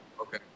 Okay